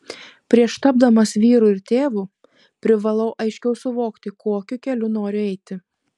prieš tapdamas vyru ir tėvu privalau aiškiau suvokti kokiu keliu noriu eiti